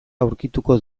aurkituko